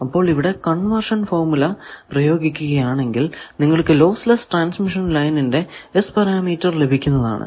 അപ്പോൾ ഇവിടെ conversion formula പ്രയോഗിക്കുകയാണെങ്കിൽ നിങ്ങൾക്കു ലോസ് ലെസ്സ് ട്രാൻസ്മിഷൻ ലൈനിന്റെ S പാരാമീറ്റർ ലഭിക്കുന്നതാണ്